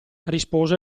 rispose